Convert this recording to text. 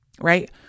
Right